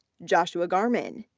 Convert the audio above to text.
joshua garman,